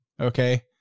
Okay